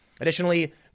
Additionally